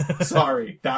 Sorry